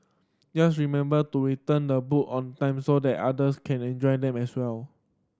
just remember to return the book on time so that others can enjoy them as well